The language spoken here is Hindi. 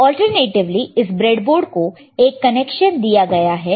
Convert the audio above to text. तो अल्टरनेटिवली इस ब्रेड बोर्ड को एक कनेक्शन दिया गया है